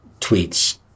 tweets